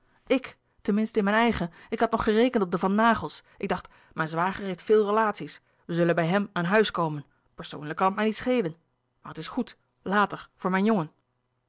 ten minste in mijn eigen ik had nog gerekend op de van naghels ik dacht mijn zwager heeft veel relaties we zullen bij hem aan huis komen persoonlijk kan het mij niet schelen maar het is goed later voor mijn jongen